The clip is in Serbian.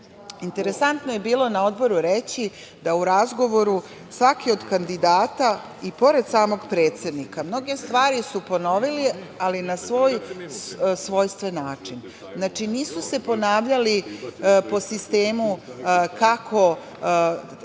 Stojanovića. Interesantno je bilo na Odboru reći da u razgovoru svaki od kandidata, pored samog predsednika, mnoge stvari su ponovili, ali na svoj svojstven način. Znači, nisu se ponavljali po sistemu kako,